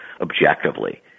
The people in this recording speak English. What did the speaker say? objectively